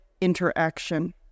interaction